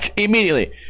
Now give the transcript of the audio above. immediately